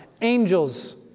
Angels